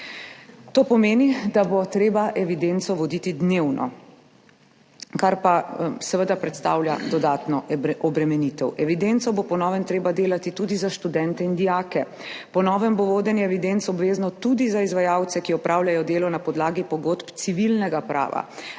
To pomeni, da bo treba evidenco voditi dnevno, kar pa seveda predstavlja dodatno obremenitev. Evidenco bo po novem treba delati tudi za študente in dijake. Po novem bo vodenje evidenc obvezno tudi za izvajalce, ki opravljajo delo na podlagi pogodb civilnega prava,